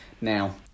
now